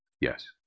Yes